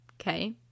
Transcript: Okay